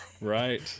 Right